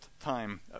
time